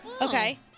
Okay